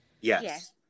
Yes